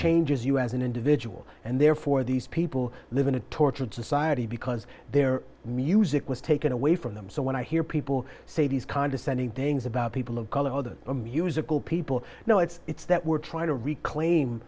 changes you as an individual and therefore these people live in a tortured society because their music was taken away from them so when i hear people say these condescending things about people of color other musical people you know it's that we're trying to reclaim